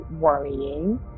worrying